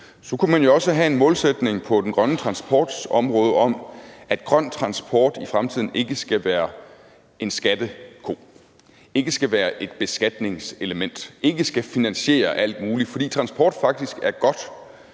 kunne man jo også have en målsætning for det grønne transportområde om, at grøn transport i fremtiden ikke skal være en skatteko, ikke skal være et beskatningselement, ikke skal finansiere alt muligt. For transport er faktisk noget godt,